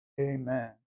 Amen